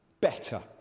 better